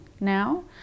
now